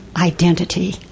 identity